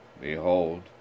Behold